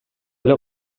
эле